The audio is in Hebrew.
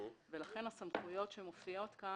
לכן הסמכויות שמופיעות כאן,